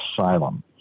asylum